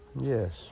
Yes